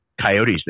coyotes